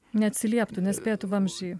neatsilieptų nespėtų vamzdžiai